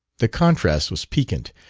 the contrast was piquant,